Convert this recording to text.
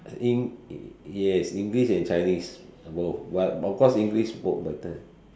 in yes English and Chinese both but but of course English work better